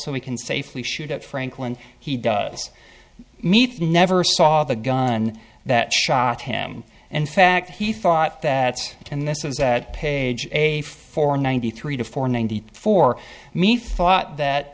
so we can safely shoot at franklin he does meet never saw the gun that shot him in fact he thought that and this is that page a for ninety three to four ninety four me thought that